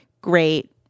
great